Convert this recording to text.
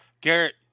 Garrett